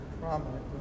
prominent